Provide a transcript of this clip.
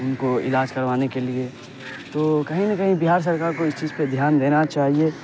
ان کو علاج کروانے کے لیے تو کہیں نہ کہیں بہار سرکار کو اس چیز پہ دھیان دینا چاہیے